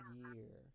year